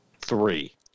Three